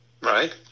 Right